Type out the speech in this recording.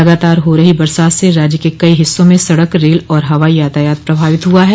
लगातार हो रही बरसात से राज्य के कई हिस्सों में सड़क रेल और हवाई यातायात प्रभावित हुआ है